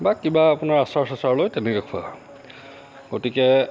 বা কিবা আপোনাৰ আচাৰ চাচাৰ লৈ তেনেকৈ খোৱা হয় গতিকে